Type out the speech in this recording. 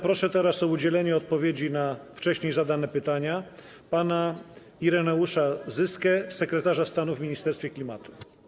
Proszę zatem teraz o udzielenie odpowiedzi na wcześniej zadane pytania pana Ireneusza Zyskę, sekretarza stanu w Ministerstwie Klimatu.